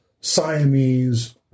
Siamese